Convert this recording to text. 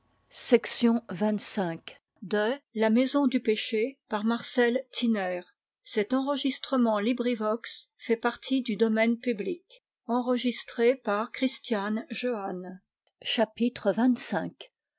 à la maison du